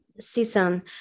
season